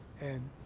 and,